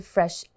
Fresh